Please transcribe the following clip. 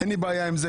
אין לי בעיה עם זה.